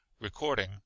Recording